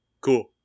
cool